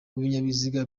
w’ibinyabiziga